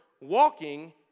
walking